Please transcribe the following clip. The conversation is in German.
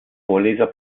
vorleser